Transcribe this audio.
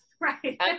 Right